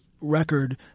record